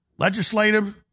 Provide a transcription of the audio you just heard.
Legislative